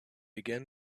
again